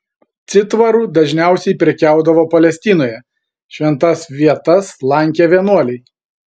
citvaru dažniausiai prekiaudavo palestinoje šventas vietas lankę vienuoliai